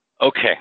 Okay